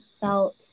felt